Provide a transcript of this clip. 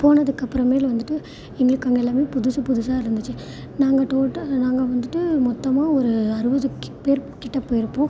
போனதுக்கப்புறமேலு வந்துவிட்டு எங்களுக்கு அங்கே எல்லாமே புதுசு புதுசாக இருந்திச்சு நாங்கள் டோட்டா நாங்கள் வந்துவிட்டு மொத்தமாக ஒரு அறுபது கி பேர் கிட்ட போயிருப்போம்